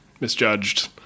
Misjudged